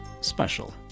Special